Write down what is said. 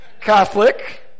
catholic